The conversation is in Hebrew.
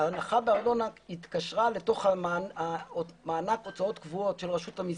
ההנחה בארנונה התקשרה לתוך מענק הוצאות קבועות של רשות המסים.